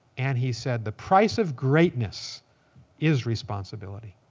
and he said the price of greatness is responsibility.